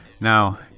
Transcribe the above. Now